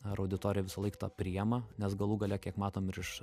ar auditorija visąlaik tą priema nes galų gale kiek matom ir iš